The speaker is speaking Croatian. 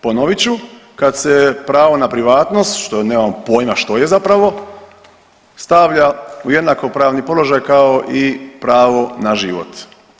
Ponovit ću, kad se pravo na privatnost što nemamo pojma što je zapravo stavlja u jednakopravni položaj kao i pravo na život.